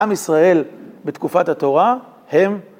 עם ישראל בתקופת התורה, הם